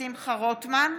שמחה רוטמן,